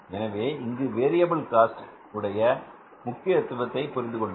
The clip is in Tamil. எனவே இங்கு வேரியபில் காஸ்ட் உடைய முக்கியத்துவத்தை புரிந்து கொண்டோம்